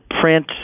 print